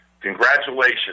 Congratulations